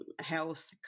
health